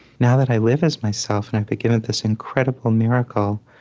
now that i live as myself and i've been given this incredible miracle,